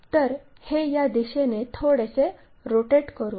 तर हे या दिशेने थोडेसे रोटेट करू